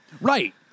Right